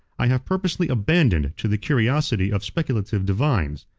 i have purposely abandoned to the curiosity of speculative divines.